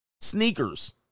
Sneakers